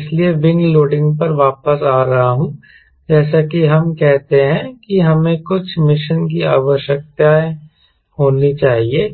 इसलिए wing loading पर वापस आ रहा हूं जैसा कि हम कहते हैं कि हमें कुछ मिशन की आवश्यकता होनी चाहिए